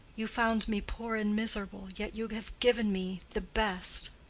you found me poor and miserable, yet you have given me the best.